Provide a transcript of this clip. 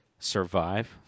survive